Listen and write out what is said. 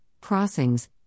crossings